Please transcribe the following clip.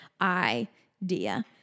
idea